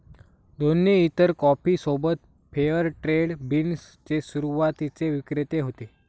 दोन्ही इतर कॉफी सोबत फेअर ट्रेड बीन्स चे सुरुवातीचे विक्रेते होते